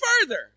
further